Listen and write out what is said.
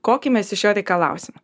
kokį mes iš jo reikalausim